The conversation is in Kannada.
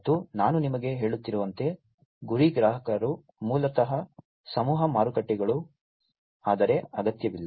ಮತ್ತು ನಾನು ನಿಮಗೆ ಹೇಳುತ್ತಿರುವಂತೆ ಗುರಿ ಗ್ರಾಹಕರು ಮೂಲತಃ ಸಮೂಹ ಮಾರುಕಟ್ಟೆಗಳು ಆದರೆ ಅಗತ್ಯವಿಲ್ಲ